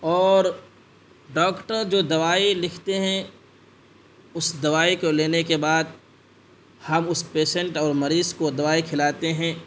اور ڈاکٹر جو دوائی لکھتے ہیں اس دوائی کو لینے کے بعد ہم اس پیسنٹ اور مریض کو دوائی کھلاتے ہیں